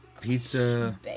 Pizza